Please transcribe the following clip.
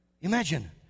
Imagine